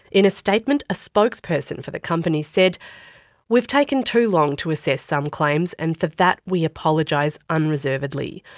in a statement, a spokesperson for the company said we have taken too long to assess some claims and for that we apologise unreservedly.